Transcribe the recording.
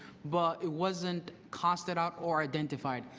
but it wasn't costed out or identified.